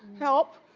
help.